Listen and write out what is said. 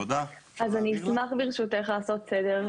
אני אשמח ברשותך לעשות סדר.